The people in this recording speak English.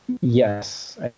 Yes